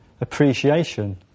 appreciation